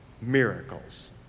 miracles